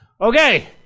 Okay